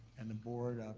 and the board,